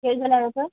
केरु ॻाल्हायो पिया